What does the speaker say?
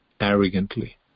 arrogantly